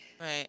Right